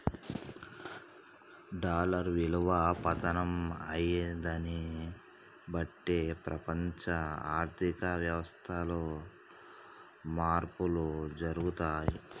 dollar విలువ పతనం అయ్యేదాన్ని బట్టే ప్రపంచ ఆర్ధిక వ్యవస్థలో మార్పులు జరుగుతయి